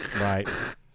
right